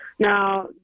Now